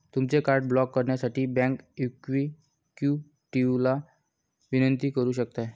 तुमचे card block करण्यासाठी bank एक्झिक्युटिव्हला विनंती करू शकता